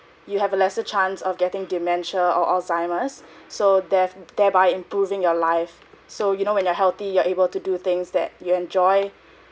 you have a lesser chance of getting dementia or alzheimer's so there f~ and thereby improving your life so you know when you're healthy you are able to do things that you enjoy